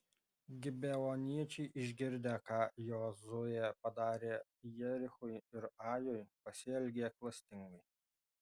gibeoniečiai išgirdę ką jozuė padarė jerichui ir ajui pasielgė klastingai